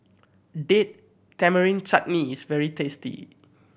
Date Tamarind Chutney is very tasty